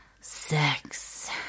Sex